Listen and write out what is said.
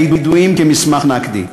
הידועים כמסמך נקדי.